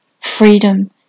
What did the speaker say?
Freedom